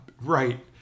Right